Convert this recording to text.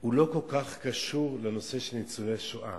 הוא לא כל כך קשור לנושא של ניצולי שואה,